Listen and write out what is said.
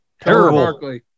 Terrible